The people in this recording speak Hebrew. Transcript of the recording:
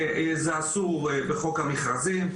זה אסור בחוק המכרזים.